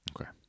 Okay